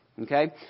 Okay